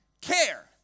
care